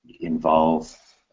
involve